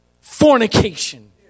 fornication